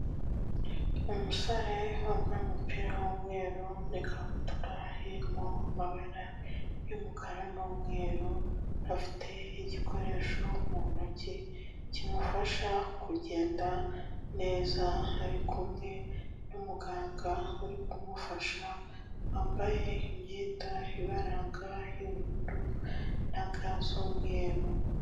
Umusore wambaye umupira w'umweru n'ikabutura irimo amabara yumukara n'umweru, afite igikoresho mu ntoki kimufasha kugenda neza, arikumwe n'umuganga uri kumufasha wambaye imyenda ibaranga y'ubururu na ga z'umweru.